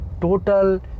total